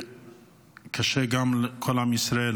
וקשה גם לכל עם ישראל,